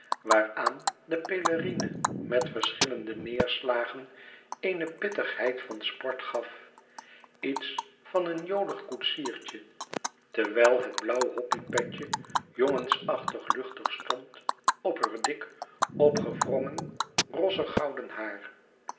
waaraan de pelerine met verschillende neêrslagen eene pittigheid van sport gaf iets van een jolig koetsiertje terwijl het blauw jockeypetje jongensachtig luchtig stond op heur dik opgewrongen rossig gouden haar